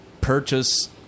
purchase